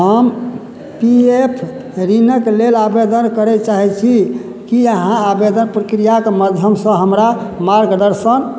हम P F ऋणक लेल आवेदन करै चाहै छी कि अहाँ आवेदन प्रक्रियाके माध्यमसँ हमरा मार्गदर्शन